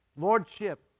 Lordship